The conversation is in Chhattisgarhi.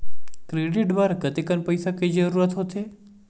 क्रेडिट बर कतेकन पईसा के जरूरत होथे?